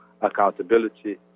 accountability